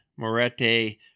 Morete